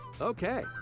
Okay